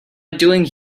doing